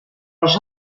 els